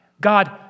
God